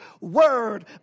word